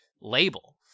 label